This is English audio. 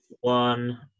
one